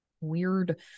weird